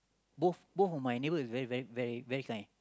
both both of my neighbour is very very very very kind